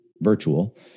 virtual